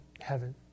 heaven